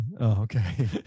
okay